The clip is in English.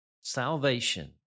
salvation